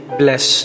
bless